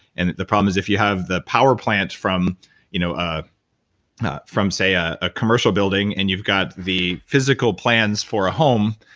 and the problem is if you have the power plant from you know ah from say ah a commercial building and you've got the physical plans for a home,